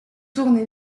tourner